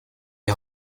die